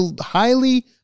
highly